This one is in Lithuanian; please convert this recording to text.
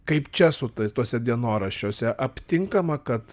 kaip čia su tuose dienoraščiuose aptinkama kad